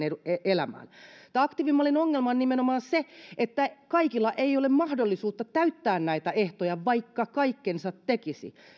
elämään aktiivimallin ongelma on nimenomaan se että kaikilla ei ole mahdollisuutta täyttää näitä ehtoja vaikka kaikkensa tekisi